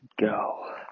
Go